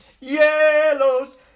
yellows